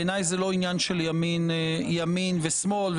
בעיניי זה לא עניין של ימין ושמאל,